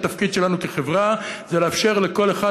התפקיד שלנו כחברה זה לאפשר לכל אחד